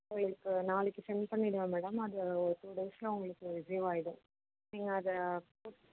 உங்களுக்கு நாளைக்கு சென்ட் பண்ணிவிடுவேன் மேடம் அது ஒரு டூ டேஸில் உங்களுக்கு ரிஸீவ் ஆகிடும் நீங்கள் அதை போட்டு